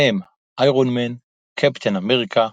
בהם איירון מן, קפטן אמריקה,